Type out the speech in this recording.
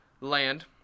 land